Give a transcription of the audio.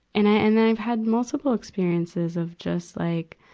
and i, and then i had multiple experiences of just like,